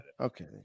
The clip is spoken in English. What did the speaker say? Okay